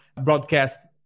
broadcast